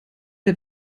der